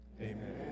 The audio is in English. Amen